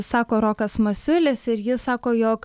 sako rokas masiulis ir jis sako jog